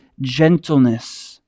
gentleness